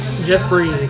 Jeffrey